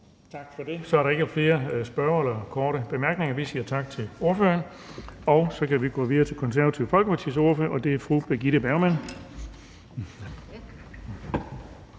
Tak. Så er der ikke flere ønsker om korte bemærkninger. Vi siger tak til ordføreren, og så kan vi gå videre til Det Konservative Folkepartis ordfører, og det er fru Birgitte Bergman.